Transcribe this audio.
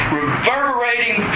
reverberating